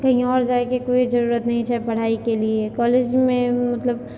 कही आओर जाइके कोइ जरूरत नहि छै पढ़ाइके लिए कॉलेजमे मतलब